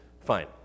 fine